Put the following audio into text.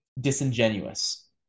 Disingenuous